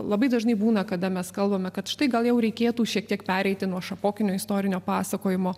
labai dažnai būna kada mes kalbame kad štai gal jau reikėtų šiek tiek pereiti nuo šapokinio istorinio pasakojimo